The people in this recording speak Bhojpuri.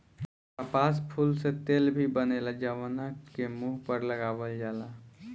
कपास फूल से तेल भी बनेला जवना के मुंह पर लगावल जाला